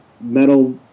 metal